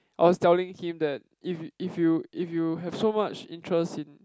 I was telling him that if if you if you have so much interest in